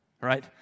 right